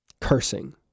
Cursing